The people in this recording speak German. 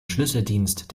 schlüsseldienst